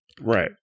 Right